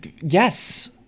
Yes